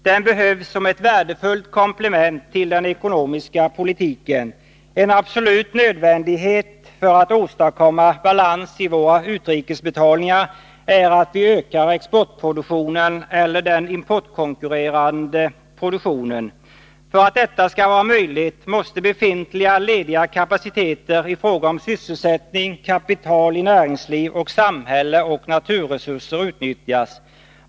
Den behövs som ett värdefullt komplement till den ekonomiska politiken. En absolut nödvändighet för att åstadkomma balans i våra utrikesbetalningar är att vi ökar exportproduktionen eller den importkonkurrerande produktionen. För att detta skall vara möjligt måste befintliga lediga kapaciteter i fråga om sysselsättning, kapital i näringsliv och samhälle samt naturresurser utnyttjas.